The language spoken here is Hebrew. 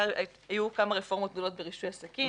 היו כמה רפורמות גדולות ברישוי עסקים,